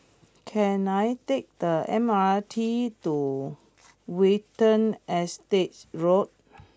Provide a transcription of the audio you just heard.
can I take the M R T to Watten Estate Road